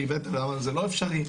ואמרתם 'זה לא אפשרי'.